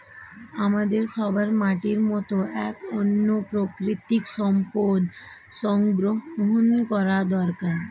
আমাদের সবার মাটির মতো এক অনন্য প্রাকৃতিক সম্পদ সংরক্ষণ করা দরকার